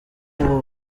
ubu